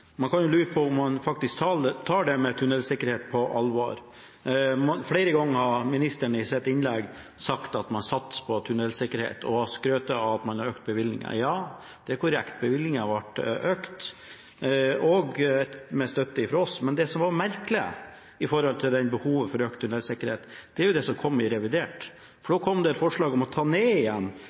Man kan jo lure på om man faktisk tar tunnelsikkerhet på alvor. Flere ganger har ministeren i sitt innlegg sagt at man satser på tunnelsikkerhet, og han skrøt av at man har økt bevilgningene. Ja, det er korrekt, bevilgningene ble økt, med støtte fra oss. Men det som er merkelig i forhold til behovet for økt tunnelsikkerhet, er det som kom i revidert. Da kom det et forslag om å ta ned igjen